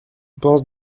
penses